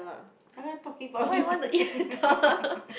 I'm not talking about him